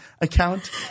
account